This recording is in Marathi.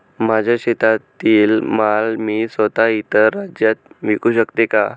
माझ्या शेतातील माल मी स्वत: इतर राज्यात विकू शकते का?